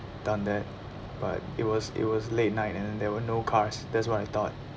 done that but it was it was late night and then there were no cars that's what I thought